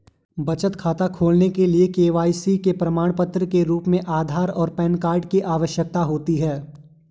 बचत खाता खोलने के लिए के.वाई.सी के प्रमाण के रूप में आधार और पैन कार्ड की आवश्यकता होती है